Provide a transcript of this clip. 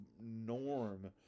norm